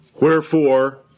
Wherefore